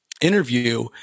interview